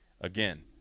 again